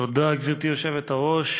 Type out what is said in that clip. גברתי היושבת-ראש,